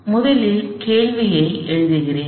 எனவே முதலில் கேள்வியை எழுதுகிறேன்